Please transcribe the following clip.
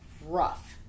rough